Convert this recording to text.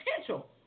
potential